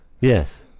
Yes